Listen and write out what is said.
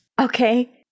Okay